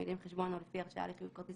המילים "חשבון או לפי הרשאה לחיוב כרטיס